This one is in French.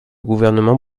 gouvernement